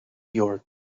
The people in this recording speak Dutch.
york